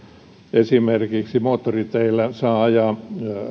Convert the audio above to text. esimerkiksi moottoriteillä saa ajaa